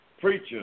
preacher